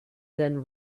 then